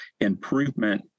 improvement